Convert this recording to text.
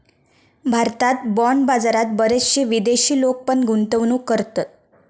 भारतात बाँड बाजारात बरेचशे विदेशी लोक पण गुंतवणूक करतत